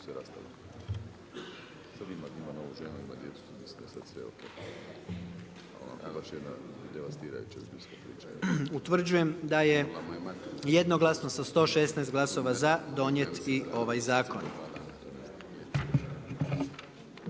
Utvrđujem da jednoglasno, sa 96 glasova za, donijeti zaključak